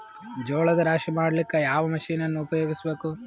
ಜೋಳದ ರಾಶಿ ಮಾಡ್ಲಿಕ್ಕ ಯಾವ ಮಷೀನನ್ನು ಉಪಯೋಗಿಸಬೇಕು?